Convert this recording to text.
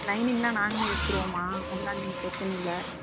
லைனிங்க்லாம் நாங்களே எடுத்துருவோம்மா அதெலாம் நீங்கள் பிரச்சனை இல்லை